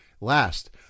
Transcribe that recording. Last